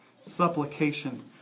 supplication